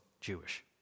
Jewish